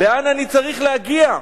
לאן אני צריך להגיע.